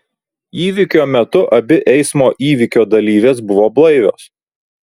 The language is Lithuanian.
įvykio metu abi eismo įvykio dalyvės buvo blaivios